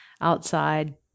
outside